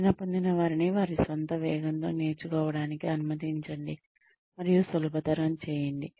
శిక్షణ పొందినవారిని వారి స్వంత వేగంతో నేర్చుకోవడానికి అనుమతించండి మరియు సులభతరం చేయండి